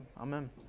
amen